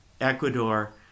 Ecuador